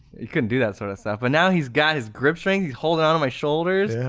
he couldn't do that sort of stuff but now he's got his grip string, he's holding on to my shoulders,